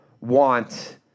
want –